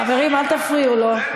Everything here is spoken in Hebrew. חברים, אל תפריעו לו.